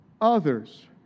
others